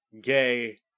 gay